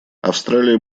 австралия